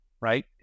right